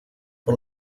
por